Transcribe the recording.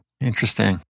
Interesting